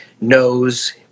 knows